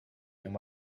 and